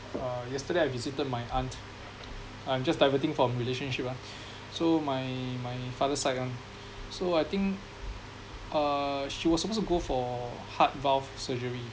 uh yesterday I visited my aunt I'm just diverting from relationship ah so my my father side ah so I think uh she was supposed to go for heart valve surgery